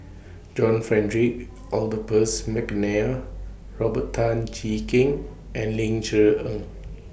John Frederick Adolphus Mcnair Robert Tan Jee Keng and Ling Cher Eng